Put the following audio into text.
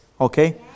Okay